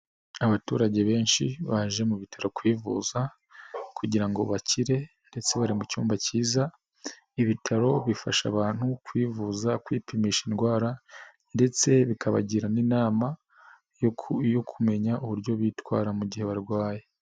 Abaturage benshi baje mu bitaro kwivuza kugira ngo bakire ndetse bari mu cyumba cyiza, ibitaro bifasha abantu kwivuza, kwipimisha indwara ndetse bikabagira n'inama yo kumenya uburyo bitwara mu gihe barwaye.